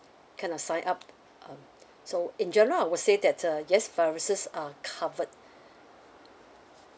kind of uh sign up um so in general I would say that's a yes viruses uh covered